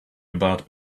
about